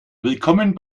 willkommen